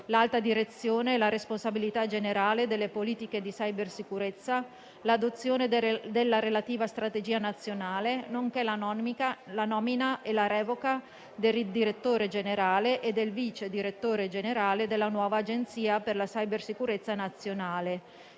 l'alta direzione e la responsabilità generale delle politiche di cybersicurezza, l'adozione della relativa strategia nazionale, nonché la nomina e la revoca del direttore generale e del vice direttore generale della nuova Agenzia per la cybersicurezza nazionale,